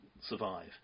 survive